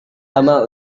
lama